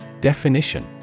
Definition